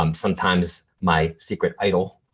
um sometimes my secret idol,